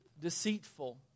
deceitful